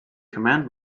command